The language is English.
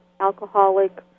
alcoholic